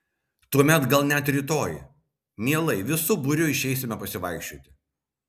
tuomet gal net rytoj mielai visi būriu išeisime pasivaikščioti